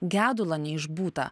gedulą neišbūtą